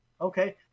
Okay